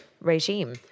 regime